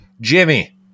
Jimmy